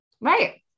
right